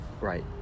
right